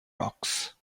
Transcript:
rocks